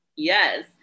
Yes